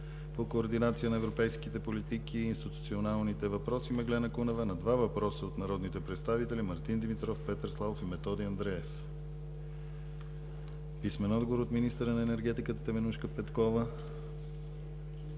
по координация на европейските политики и институционалните въпроси Меглена Кунева на два въпроса от народните представители Мартин Димитров, Петър Славов и Методи Андреев; - писмен отговор от министъра на енергетиката Теменужка Петкова